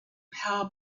power